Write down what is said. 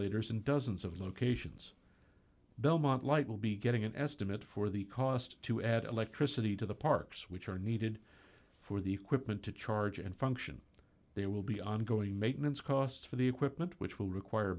leaders in dozens of locations belmont light will be getting an estimate for the cost to add electricity to the parks which are needed for the equipment to charge and function there will be ongoing maintenance costs for the equipment which will require